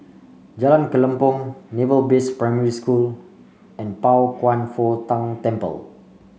Jalan Kelempong Naval Base Primary School and Pao Kwan Foh Tang Temple